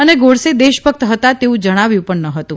અને ગોડસે દેશભક્ત હતા તેવુ જણાવ્યું ન હતું